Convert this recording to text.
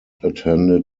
attended